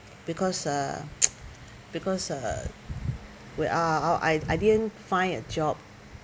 because uh because uh where ah I I didn't find a job